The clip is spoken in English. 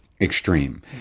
Extreme